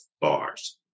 bars